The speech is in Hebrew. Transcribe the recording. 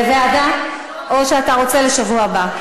לוועדה או שאתה רוצה לשבוע הבא?